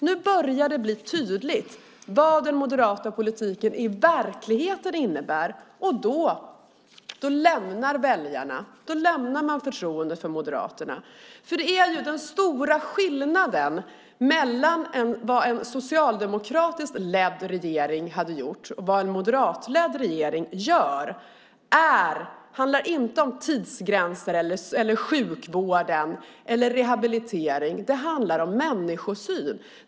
Nu börjar det bli tydligt vad den moderata politiken i verkligheten innebär. Då tappar väljarna förtroendet för Moderaterna. Den stora skillnaden mellan vad en socialdemokratiskt ledd regering hade gjort och vad en moderatledd regering gör handlar inte om tidsgränser, om sjukvården eller om rehabilitering. Den handlar i stället om människosynen.